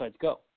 go